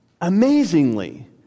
Amazingly